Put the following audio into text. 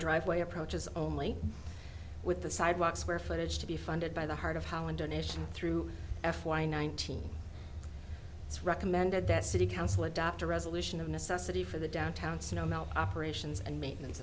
driveway approaches only with the sidewalk square footage to be funded by the heart of how in donations through f y nineteen it's recommended that city council adopt a resolution of necessity for the downtown snow melt operations and maintenance